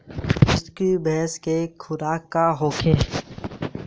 बिसुखी भैंस के खुराक का होखे?